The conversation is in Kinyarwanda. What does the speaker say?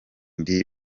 ndi